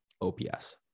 OPS